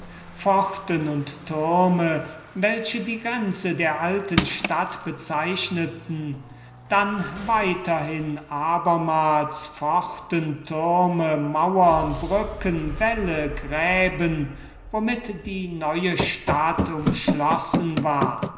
pforten und türme welche die grenze der alten stadt bezeichneten dann weiterhin abermals pforten türme mauern brücken wälle gräben womit die neue stadt umschlossen war